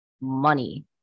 money